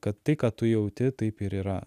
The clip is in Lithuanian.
kad tai ką tu jauti taip ir yra